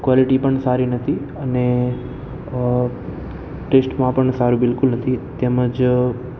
quality પણ સારી નથી અને ટેસ્ટમાં પણ સારું બિલકુલ નથી તેમજ